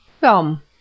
Come